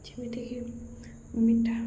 ଯେମିତିକି ମିଠା